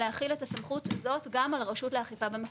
להחיל את הסמכות הזאת גם על הרשות לאכיפה במקרקעין.